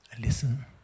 Listen